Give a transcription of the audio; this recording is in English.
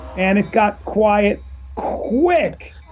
and it got quiet quick,